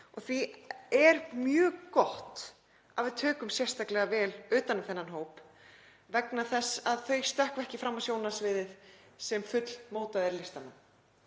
og því er mjög gott að við tökum sérstaklega vel utan um þennan hóp vegna þess að þau sem í honum eru stökkva ekki fram á sjónarsviðið sem fullmótaðir listamenn